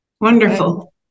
wonderful